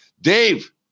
Dave